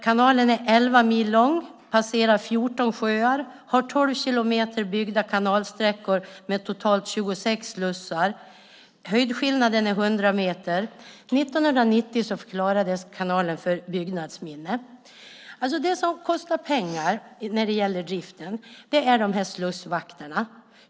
Kanalen är 11 mil lång, passerar 14 sjöar och har 12 kilometer byggda kanalsträckor med totalt 26 slussar. Höjdskillnaden är 100 meter. År 1990 förklarades kanalen för byggnadsminne. Det som kostar pengar när det gäller driften är slussvakterna.